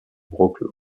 wrocław